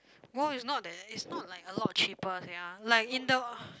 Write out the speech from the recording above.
no it's not that it's not like a lot cheaper sia like in the